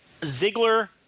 ziggler